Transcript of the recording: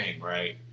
right